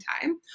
time